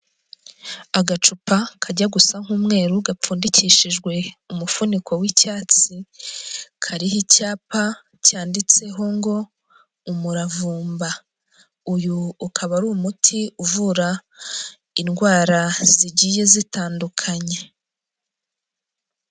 Agacupa kajya gusa nk'umweru gapfundikishijwe umufuniko w'icyatsi, kariho icyapa cyanditseho ngo umuravumba. Uyu ukaba ari umuti uvura indwara zigiye zitandukanye.